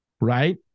right